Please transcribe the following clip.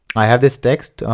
i have this text,